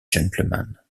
gentleman